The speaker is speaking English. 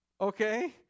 okay